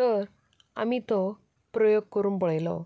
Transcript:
तर आमी तो प्रयोग करून पळयलो